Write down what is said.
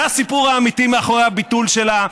זה הסיפור האמיתי מאחורי הביטול שלה,